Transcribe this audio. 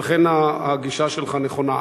ולכן הגישה שלך נכונה.